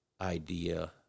idea